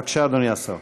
בבקשה, אדוני השר.